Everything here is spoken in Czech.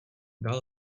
dál